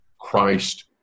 Christ